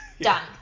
Done